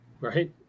Right